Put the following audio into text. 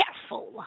careful